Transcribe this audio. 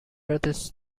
rath